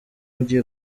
ugiye